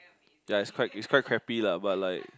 ya is quite is quite crappy lah but like